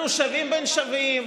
אנחנו שווים בין שווים.